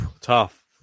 tough